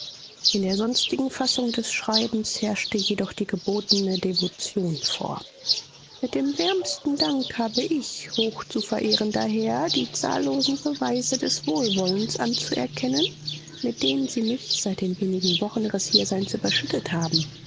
in der sonstigen fassung des schreibens herrschte jedoch die gebotene devotion vor mit dem wärmsten dank habe ich hochzuverehrender herr die zahllosen beweise des wohlwollens anzuerkennen mit denen sie mich seit den wenigen wochen ihres hierseins überschüttet haben